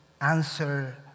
answer